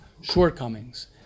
shortcomings